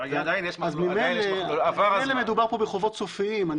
ממילא מדובר פה בחובות סופיים.